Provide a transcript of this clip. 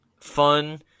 fun